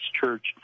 church